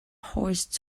horse